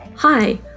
Hi